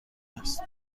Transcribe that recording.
است